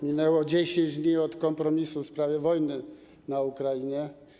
Minęło 10 dni od kompromisu w sprawie wojny na Ukrainie.